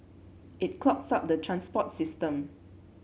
it clogs up the transport system